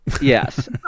Yes